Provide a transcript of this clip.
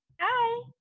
Hi